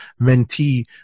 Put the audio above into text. mentee